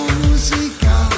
musica